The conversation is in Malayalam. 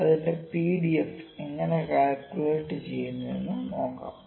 ഇതിന്റെ PDF എങ്ങിനെ കാല്കുലേറ്റു ചെയുന്നു എന്ന് നോക്കാം